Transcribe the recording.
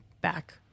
back